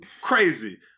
Crazy